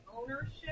ownership